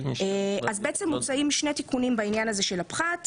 בעצם מוצעים שני תיקונים בעניין הזה של הפחת.